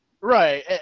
Right